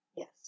Yes